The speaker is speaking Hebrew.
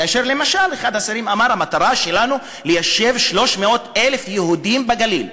כאשר למשל אחד השרים אמר: המטרה שלנו היא ליישב 300,000 יהודים בגליל.